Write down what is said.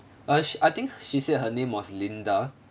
uh she I think she said her name was linda